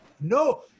no